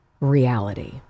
reality